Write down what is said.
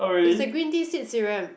it's the green tea seed serum